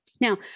Now